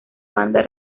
banda